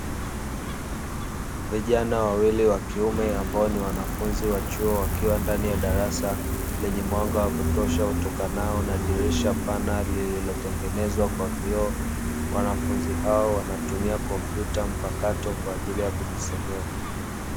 Vijana wawili wa kiume ambao ni wanafunzi wa chuo, wakiwa ndani ya darasa lenye mwanga wa kutosha litokanalo na dirisha pana lililotengenezwa kwa vioo, wanafunzi hao wanatumia kompyuta mpakato kwa ajili ya kujifunzia.